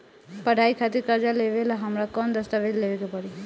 पढ़ाई खातिर कर्जा लेवेला हमरा कौन दस्तावेज़ देवे के पड़ी?